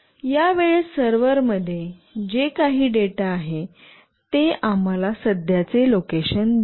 यावेळेस सर्व्हरमध्ये जे काही डेटा आहे ते आम्हाला सध्याचे लोकेशन देईल